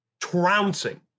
trouncing